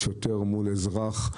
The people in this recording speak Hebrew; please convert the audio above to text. שוטר מול אזרח.